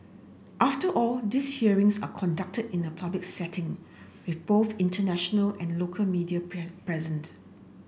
after all these hearings are conducted in a public setting with both international and local media present